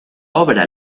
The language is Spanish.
obra